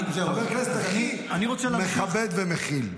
הוא החבר הכנסת היחיד שמכבד ומכיל.